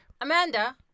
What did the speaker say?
Amanda